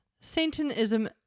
Satanism